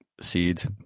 seeds